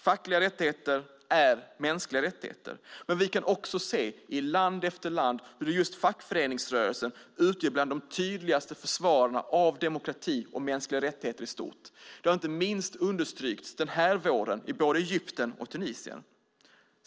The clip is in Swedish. Fackliga rättigheter är mänskliga rättigheter, men vi kan också se i land efter land hur just fackföreningsrörelsen är bland de tydligaste försvararna av demokrati och mänskliga rättigheter i stort. Det har inte minst understrukits den här våren i både Egypten och Tunisien.